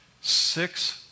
Six